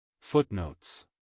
Footnotes